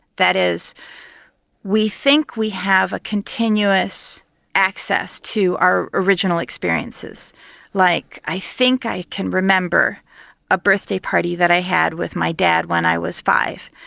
that is we think we have a continuous access to our original experiences like i think i can remember a birthday party that i had with my dad when i was five.